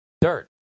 dirt